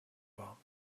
war